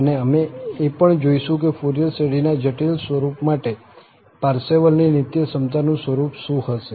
અને અમે એ પણ જોઈશું કે ફુરિયર શ્રેઢીના જટિલ સ્વરૂપ માટે પારસેવલની નીત્યસમતાનું સ્વરૂપ શું હશે